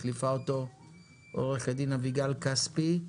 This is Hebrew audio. מחליפה אותו עו"ד אביגל כספי.